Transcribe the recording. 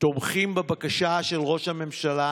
תומכים בבקשה של ראש הממשלה